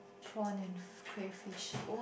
prawn and crayfish